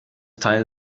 teil